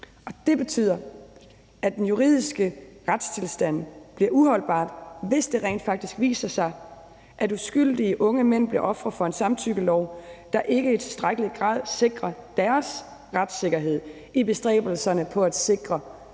det betyder, at den juridiske retstilstand bliver uholdbar, hvis det rent faktisk viser sig, at uskyldige unge mænd bliver ofre for en samtykkelov, der ikke i tilstrækkelig grad sikrer deres retssikkerhed i bestræbelserne på at sikre andres